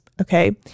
Okay